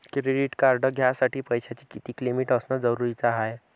Credit card घ्यासाठी पैशाची कितीक लिमिट असनं जरुरीच हाय?